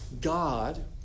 God